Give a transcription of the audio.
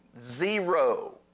zero